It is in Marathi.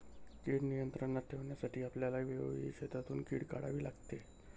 कीड नियंत्रणात ठेवण्यासाठी आपल्याला वेळोवेळी शेतातून कीड काढावी लागते